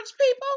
people